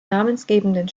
namensgebenden